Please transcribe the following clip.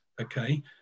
okay